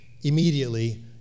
immediately